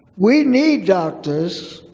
we need doctors.